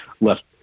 left